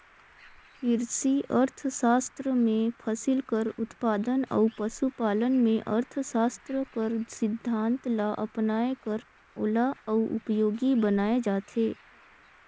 किरसी अर्थसास्त्र में फसिल कर उत्पादन अउ पसु पालन में अर्थसास्त्र कर सिद्धांत ल अपनाए कर ओला अउ उपयोगी बनाए जाथे